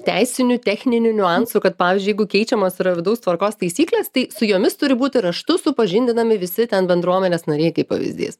teisinių techninių niuansų kad pavyžiui jeigu keičiamos yra vidaus tvarkos taisyklės tai su jomis turi būti raštu supažindinami visi ten bendruomenės nariai kaip pavyzdys